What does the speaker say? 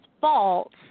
fault